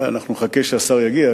נחכה שהשר יגיע,